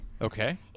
okay